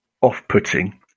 off-putting